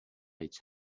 each